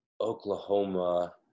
Oklahoma –